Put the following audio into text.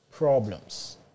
problems